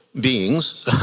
beings